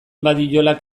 badiolak